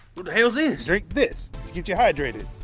what the hell is this? drink this to get ya hydrated!